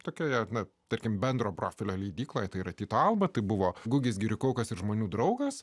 tokioje na tarkim bendro profilio leidykloje tai yra tyto alba tai buvo gugis girių kaukas ir žmonių draugas